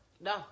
no